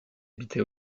habitait